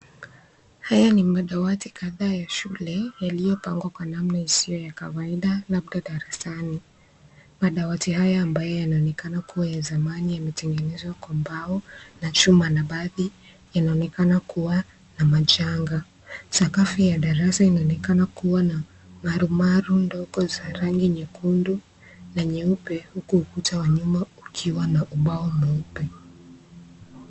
Haya ni madawati kadhaa ya shule yaliyopangwa kwa namna isiyo ya kawaida labda darasani, madawati haya yanaonekana kuwa ya samani yanaonekana yametengenezwa kwa mbao na chuma na baadhi yanaonekana kuwa na machanga, sakafu ya darasa inaonekana kuwa na marumaru ndogo za rangi nyekundu na nyeupe huku ukuta wa nyuma ukiwa na ubao mweupe.